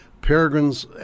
peregrines